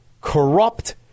corrupt